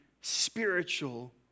spiritual